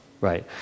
right